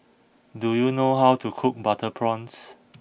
do you know how to cook Butter Prawns